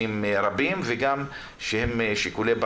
ניתן לך להגיד כמה משפטים אבל אנחנו גם רוצים שתציע